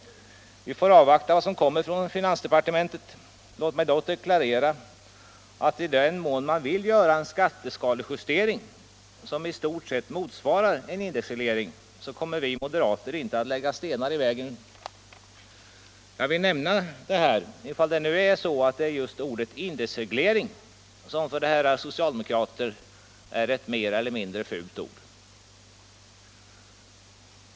Vi får avvakta vad som kommer från finans departementet. Låt mig dock deklarera att i den mån man vill göra en skatteskalejustering som i stort sett motsvarar en indexreglering, så kommer vi moderater inte att lägga stenar i vägen. Jag vill nämna detta, ifall det nu är så, att det just är ordet indexreglering som för herrar socialdemokrater är ett mer eller mindre fult ord.